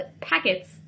packets